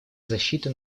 защиты